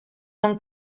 langue